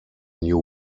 new